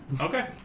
Okay